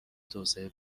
توسعه